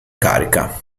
carica